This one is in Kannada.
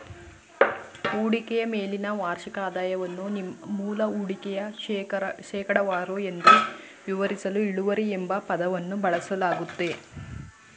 ಹೂಡಿಕೆಯ ಮೇಲಿನ ವಾರ್ಷಿಕ ಆದಾಯವನ್ನು ನಿಮ್ಮ ಮೂಲ ಹೂಡಿಕೆಯ ಶೇಕಡವಾರು ಎಂದು ವಿವರಿಸಲು ಇಳುವರಿ ಎಂಬ ಪದವನ್ನು ಬಳಸಲಾಗುತ್ತೆ